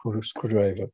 screwdriver